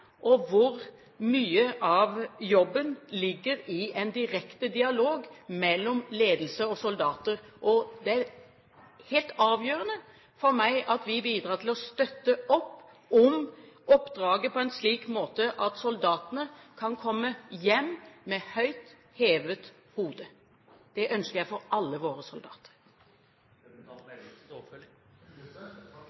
og mye av jobben ligger i en direkte dialog mellom ledelse og soldater. Det er helt avgjørende for meg at vi bidrar til å støtte opp om oppdraget på en slik måte at soldatene kan komme hjem med høyt hevet hode. Det ønsker jeg for alle våre soldater. Jeg takker for